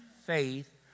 faith